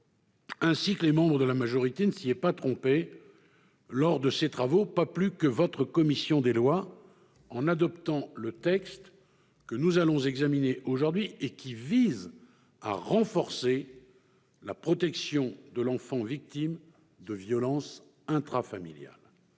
ainsi que les membres de la majorité -ne s'y est pas trompée lors de ses travaux, pas plus que votre commission des lois, en adoptant le texte que nous allons examiner aujourd'hui et qui vise à renforcer la protection de l'enfant victime de violences intrafamiliales.